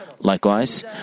Likewise